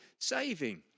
saving